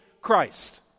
Christ